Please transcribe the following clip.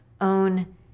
own